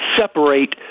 separate